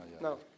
No